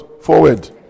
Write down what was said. forward